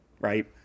right